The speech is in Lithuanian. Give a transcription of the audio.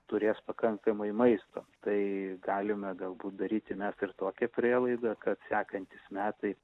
turės pakankamai maisto tai galime galbūt daryti mes ir tokią prielaidą kad sekantys metai